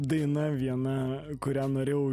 daina viena kurią norėjau